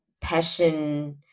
passion